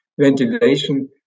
ventilation